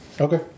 Okay